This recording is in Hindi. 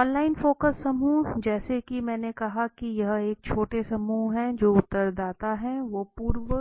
ऑनलाइन फोकस समूह जैसा कि मैंने कहा यह एक छोटे समूह हैं जो उत्तरदाता हैं वो पूर्व